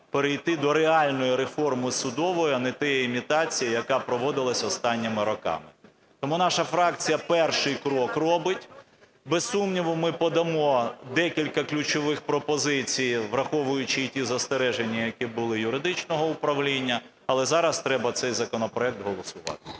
перейти до реальної реформи судової, а не тієї імітації, яка проводилася останніми роками. Тому наша фракція перший крок робить. Без сумніву, ми подамо декілька ключових пропозицій, враховуючи і ті застереження, які були юридичного управління. Але зараз треба цей законопроект голосувати.